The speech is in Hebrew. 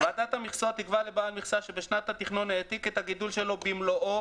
ועדת המכסות תקבע לבעל מכסה שבשנת התכנון העתיק את הגידול שלו במלואו,